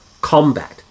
combat